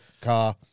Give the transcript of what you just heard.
car